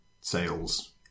sales